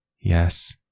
Yes